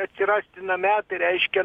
atsirasti name reiškia